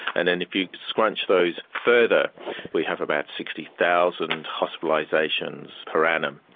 and then if you scrunch those further we have about sixty thousand hospitalisations per annum.